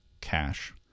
cash